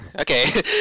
Okay